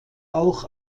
auch